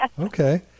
Okay